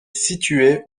située